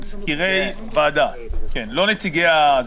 מזכירי ועדות קלפי, לא נציגי המפלגות.